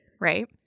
right